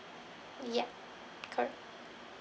yup cor~